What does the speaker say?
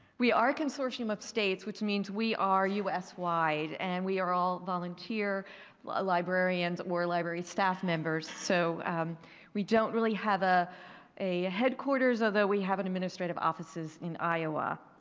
we are consortium of states which means we are us-wide and and we are all volunteer librarians. we're library staff members, so we don't really have ah a headquarters although we have administrative offices in iowa.